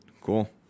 Cool